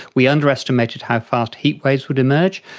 we underestimated how fast heatwaves would emerge,